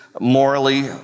morally